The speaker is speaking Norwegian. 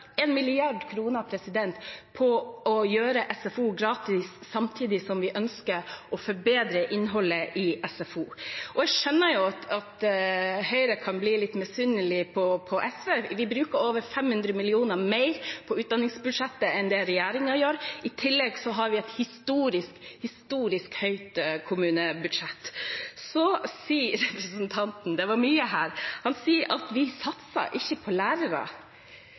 på å gjøre SFO gratis samtidig som vi ønsker å forbedre innholdet i SFO. Jeg skjønner at Høyre kan bli litt misunnelig på SV, vi bruker over 500 mill. kr mer på utdanningsbudsjettet enn det regjeringen gjør, i tillegg har vi et historisk høyt kommunebudsjett. Så sier representanten Gudmundsen – det var mye her – at vi ikke satser på lærere.